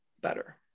better